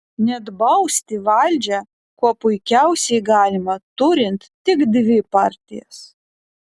net bausti valdžią kuo puikiausiai galima turint tik dvi partijas